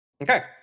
Okay